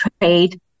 trade